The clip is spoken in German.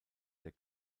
der